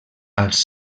als